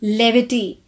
levity